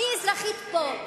אני אזרחית פה,